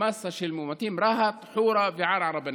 מאסה של מאומתים: רהט, חורה וערערה בנגב.